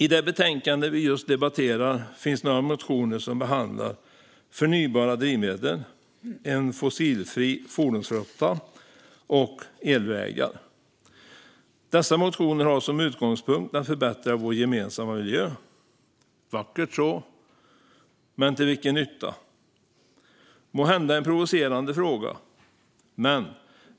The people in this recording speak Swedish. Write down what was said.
I det betänkande vi just debatterar finns några motioner som behandlar förnybara drivmedel, en fossilfri fordonsflotta och elvägar. Dessa motioner har som utgångspunkt att förbättra vår gemensamma miljö. Det är vackert så - men till vilken nytta? Det är måhända en provocerande fråga, men